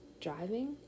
driving